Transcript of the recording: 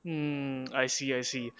mm I see I see